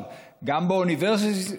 גם באוניברסיטה,